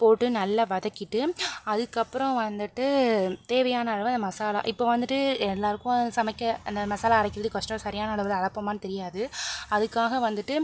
போட்டு நல்லா வதக்கிட்டு அதுக்கப்புறம் வந்துட்டு தேவையான அளவு மசாலா இப்போ வந்துட்டு எல்லோருக்கும் சமைக்க அந்த மசாலா அரைக்கிறது கஷ்டம் சரியான அளவில் அரைப்போமானு தெரியாது அதுக்காக வந்துட்டு